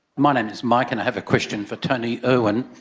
my name is mike and i have a question for tony irwin.